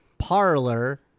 parlor